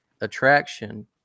attraction